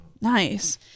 Nice